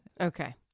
Okay